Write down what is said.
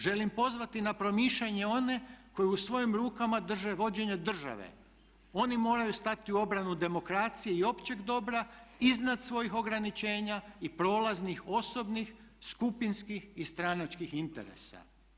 Želim pozvati na promišljanje one koji u svojim rukama drže vođenje države, oni moraju stati u obranu demokracije i općeg dobra iznad svojih ograničenja i prolaznih osobnih, skupinskih i stranačkih interesa.